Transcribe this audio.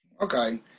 Okay